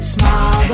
Small